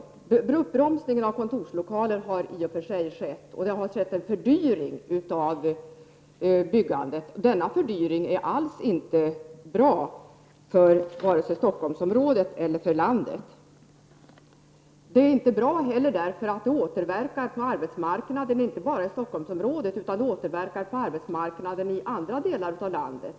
En viss bromsning av producerandet av kontorslokaler har i och för sig skett, och samtidigt en fördyring av byggandet. Denna fördyring är alls inte bra för vare sig Stockholmsområdet eller för landet. Detta återverkar på arbetsmarknaden inte bara i Stockholmsområdet utan även i andra delar av landet.